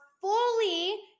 fully